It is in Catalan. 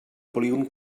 polígon